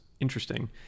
interesting